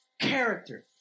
character